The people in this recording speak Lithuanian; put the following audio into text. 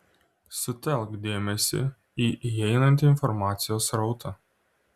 sutelk dėmesį į įeinantį informacijos srautą